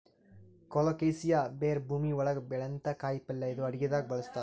colocasia ಬೇರ್ ಭೂಮಿ ಒಳಗ್ ಬೆಳ್ಯಂಥ ಕಾಯಿಪಲ್ಯ ಇದು ಅಡಗಿದಾಗ್ ಬಳಸ್ತಾರ್